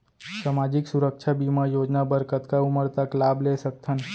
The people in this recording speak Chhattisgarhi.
सामाजिक सुरक्षा बीमा योजना बर कतका उमर तक लाभ ले सकथन?